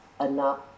enough